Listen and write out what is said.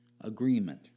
agreement